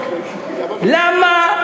למה,